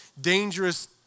dangerous